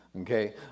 Okay